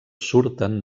surten